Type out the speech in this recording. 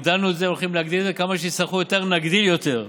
הגדלנו את זה והולכים להגדיל וכמה שיצטרכו יותר נגדיל יותר,